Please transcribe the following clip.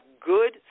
good